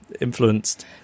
influenced